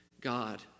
God